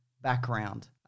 background